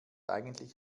eigentlich